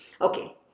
okay